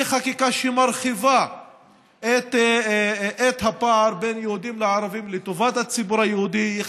היא חקיקה שמרחיבה את הפער בין יהודים לערבים לטובת הציבור היהודי.